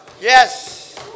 Yes